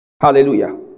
Hallelujah